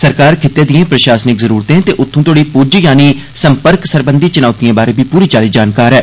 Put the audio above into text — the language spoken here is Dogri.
सरकार खित्ते दिये प्रशासनिक जरुरते ते उत्थूं तोड़ी पुज्ज यानी सम्पर्क सरबंधी चुनौतियें बारै बी पूरी चाली जानकार ऐ